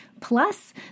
plus